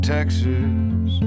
Texas